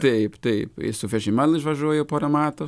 taip taip su vežiman užvažiuoja porą matų